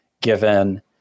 given